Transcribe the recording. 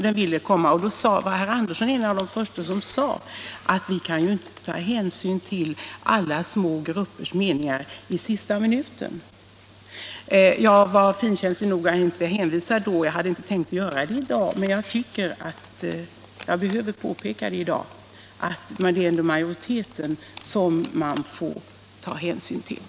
Då var herr Andersson en av de första som sade, att vi kan inte i sista minuten ta hänsyn till alla små gruppers meningar. Jag var finkänslig nog att inte hänvisa till dagens ärende, och jag hade inte heller tänkt göra det. Men jag tycker att jag i dag behöver påpeka att vi i andra fall är ense om att det är majoritetens åsikt som vi måste ta hänsyn till.